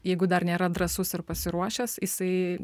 jeigu dar nėra drąsus ir pasiruošęs jisai